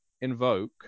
invoke